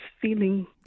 feeling